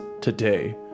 today